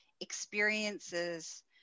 experiences